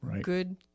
good